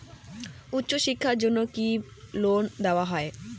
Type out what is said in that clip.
উচ্চশিক্ষার জন্য কি লোন দেওয়া হয়?